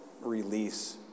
release